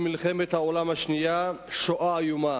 במלחמת העולם השנייה שואה איומה,